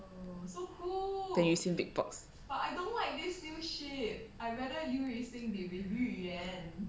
刘雨欣 beat box